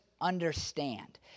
understand